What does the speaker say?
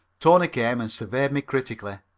tony came and surveyed me critically.